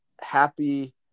happy